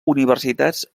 universitats